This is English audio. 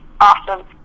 awesome